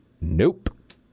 nope